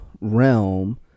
realm